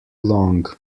long